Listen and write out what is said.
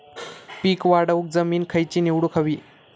पीक वाढवूक जमीन खैची निवडुक हवी?